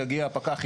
יגיע פקח,